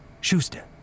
Schuster